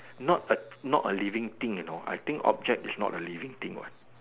not a not a living thing you know I think object is not a living thing what